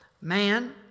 Man